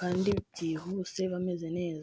kandi byihuse, bameze neza.